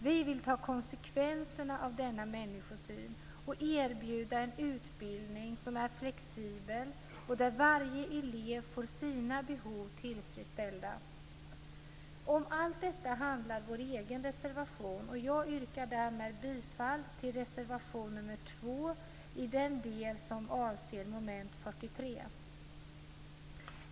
Vi vill ta konsekvenserna av denna människosyn och erbjuda en utbildning som är flexibel och där varje elev får sina behov tillfredsställda. Om allt detta handlar vår egen reservation. Och jag yrkar härmed bifall till reservation nr 2 i den del som avser mom. 43.